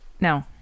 No